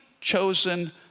chosen